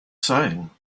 saying